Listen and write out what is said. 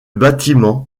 bâtiment